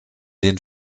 den